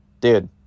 dude